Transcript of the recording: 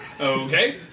Okay